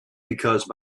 because